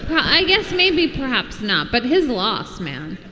i guess maybe, perhaps not. but his lost man